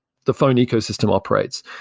the phone ecosystem operates.